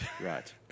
Right